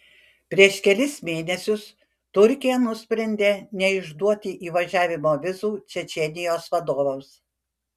prieš kelis mėnesius turkija nusprendė neišduoti įvažiavimo vizų čečėnijos vadovams